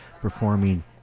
performing